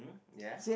ya